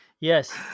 Yes